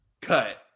cut